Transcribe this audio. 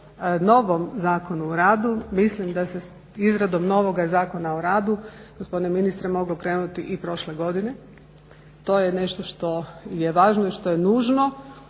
novom Zakonu o radu. Mislim da se izradom novoga Zakona o radu gospodine ministre moglo krenuti i prošle godine. To je nešto što je važno i što je nužno.